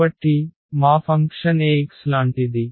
కాబట్టి మా function Ax లాంటిది